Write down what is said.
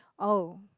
oh